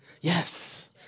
Yes